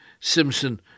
Simpson